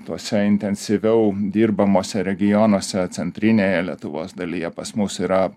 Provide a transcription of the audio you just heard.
tuose intensyviau dirbamuose regionuose centrinėje lietuvos dalyje pas mus yra